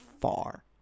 far